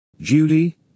Judy